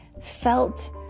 felt